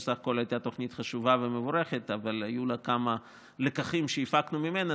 שבסך הכול הייתה תוכנית חשובה ומבורכת אבל היו כמה לקחים שהפקנו ממנה.